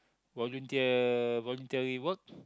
volunteer voluntary work